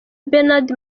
bernard